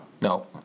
No